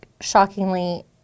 shockingly